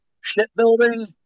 Shipbuilding